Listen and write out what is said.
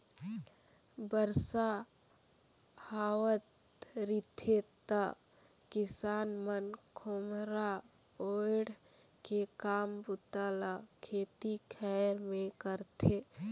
बरसा हावत रिथे त किसान मन खोम्हरा ओएढ़ के काम बूता ल खेती खाएर मे करथे